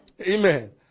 Amen